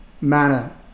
manner